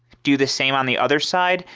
do the same on the other side.